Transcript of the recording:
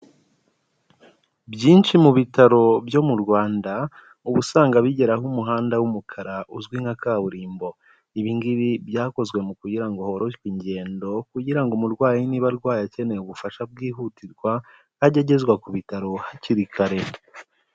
Byinshi mu bitaro byo mu Rwanda uba usanga bigeraho umuhanda w'umukara uzwi nka kaburimbo. Ibi ngibi byakozwe mu kugira ngo horoshwe ingendo kugira umurwayi niba arwaye akeneye ubufasha bwihutirwa, ajye agezwa ku bitaro hakiri kare.